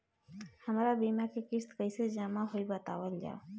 हमर बीमा के किस्त कइसे जमा होई बतावल जाओ?